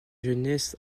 jeunesse